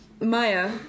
Maya